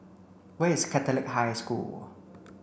where is Catholic High School